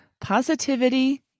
positivity